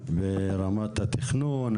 ברמת התכנון,